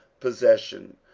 possession,